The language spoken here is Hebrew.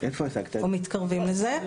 או מתקרבים לזה,